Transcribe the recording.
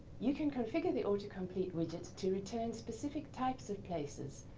you can configure the autocomplete widget to return specific types of places,